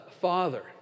Father